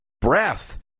breath